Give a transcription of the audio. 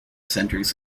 centers